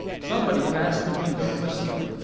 somebody passed the window, whistling.